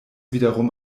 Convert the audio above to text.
wiederum